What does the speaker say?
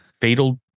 Fatal